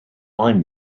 i’m